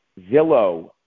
Zillow